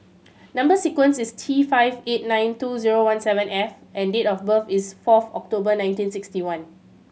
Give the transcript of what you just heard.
number sequence is T five eight nine two zero one seven F and date of birth is fourth October nineteen sixty one